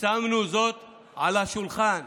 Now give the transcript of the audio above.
שמנו זאת על השולחן.